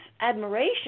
admiration